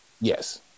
Yes